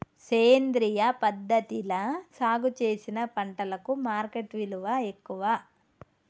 సేంద్రియ పద్ధతిలా సాగు చేసిన పంటలకు మార్కెట్ విలువ ఎక్కువ